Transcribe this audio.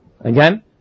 Again